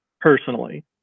personally